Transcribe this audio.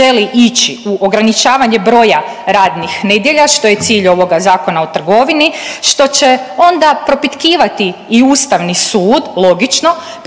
želi ići u ograničavanje broja radnih nedjelja što je cilj ovoga Zakona o trgovini što će onda propitkivati i Ustavni sud, logično.